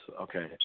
okay